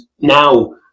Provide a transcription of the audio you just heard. now